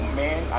man